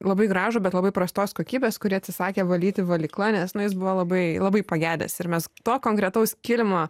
labai gražų bet labai prastos kokybės kurį atsisakė valyti valykla nes nu jis buvo labai labai pagedęs ir mes to konkretaus kilimo